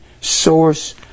source